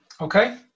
Okay